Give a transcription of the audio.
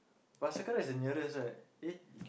but Circle Line's the nearest right eh